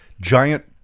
giant